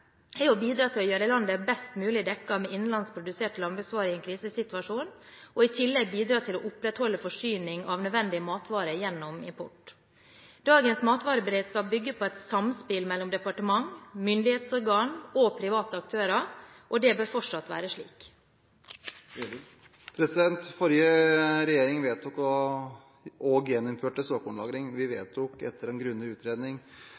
er å bidra til å gjøre landet best mulig dekket med innenlands produserte landbruksvarer i en krisesituasjon og i tillegg bidra til å opprettholde forsyning av nødvendige matvarer gjennom import. Dagens matvareberedskap bygger på et samspill mellom departementer, myndighetsorganer og private aktører. Det bør fortsatt være slik. Forrige regjering vedtok og gjeninnførte såkornlagring. Vi vedtok etter en grundig utredning